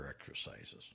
exercises